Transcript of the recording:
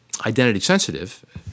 identity-sensitive –